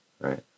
right